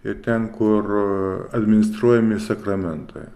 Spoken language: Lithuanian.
ir ten kur administruojami sakramentai